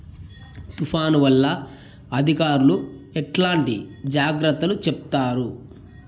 తుఫాను వల్ల అధికారులు ఎట్లాంటి జాగ్రత్తలు చెప్తారు?